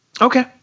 Okay